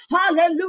Hallelujah